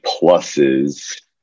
pluses